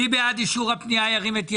מי בעד אישור הפנייה - ירים את ידו.